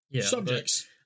subjects